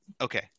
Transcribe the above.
Okay